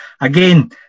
Again